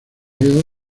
elle